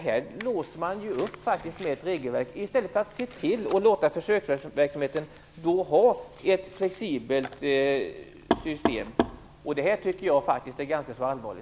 Här låser man sig med hjälp av ett regelverk i stället för att se till att försöksverksamheten har ett flexibelt system. Det tycker jag faktiskt är ganska så allvarligt.